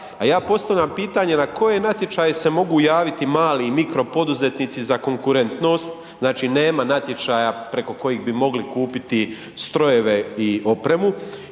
a ja postavljam pitanje, na koje natječaje se mogu javiti mali, mikropoduzetnici za konkurentnost, znači nema natječaja preko kojih bi mogli kupiti strojeve i opremu.